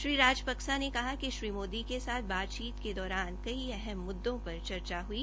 श्री राजपक्सा ले कहा कि श्री मोदी के साथ बातचीत के दौरान कई अहम मुद्दों पर चर्चा हुई